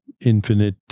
infinite